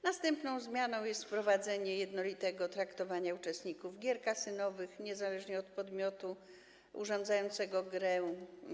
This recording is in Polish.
Następną zmianą jest wprowadzenie jednolitego traktowania uczestników gier kasynowych niezależnie od podmiotu urządzającego grę.